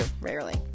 Rarely